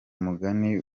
mugani